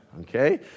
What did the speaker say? Okay